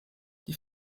die